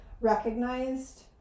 recognized